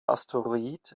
asteroid